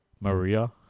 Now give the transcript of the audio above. Maria